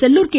Sellur K